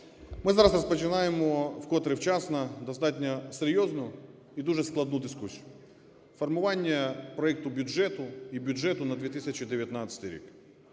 Ми зараз розпочинаємо вкотре вчасно достатньо серйозну і дуже складну дискусію – формування проекту бюджету і бюджету на 2019 рік.